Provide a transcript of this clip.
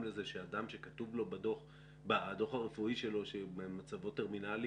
לכך שאדם שכתוב לו בדוח הרפואי שלו שמצבו טרמינלי